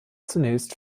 zunächst